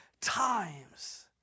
times